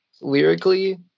lyrically